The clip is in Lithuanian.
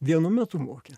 vienu metu mokė